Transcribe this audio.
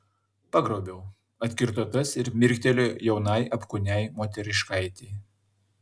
pagrobiau atkirto tas ir mirktelėjo jaunai apkūniai moteriškaitei